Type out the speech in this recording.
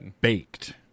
baked